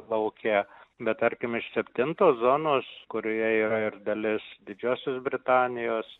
lauke bet tarkim iš septintos zonos kurioje yra ir dalis didžiosios britanijos